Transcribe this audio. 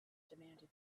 demanded